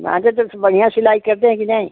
आगे तरफ से बढ़िया सिलाई करते हैं कि नहीं